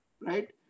right